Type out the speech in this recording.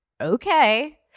Okay